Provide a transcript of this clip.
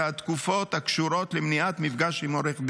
והתקופות הקשורות למניעת מפגש עם עורך דין.